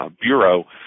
Bureau